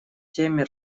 теме